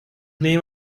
name